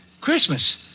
Christmas